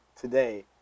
today